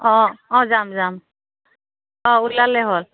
অঁ অঁ যাম যাম অঁ ওলালে হ'ল